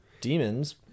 Demons